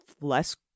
less